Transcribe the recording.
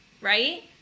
right